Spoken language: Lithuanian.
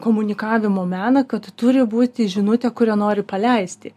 komunikavimo meną kad turi būti žinutė kurią nori paleisti